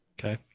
okay